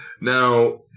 Now